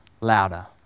louder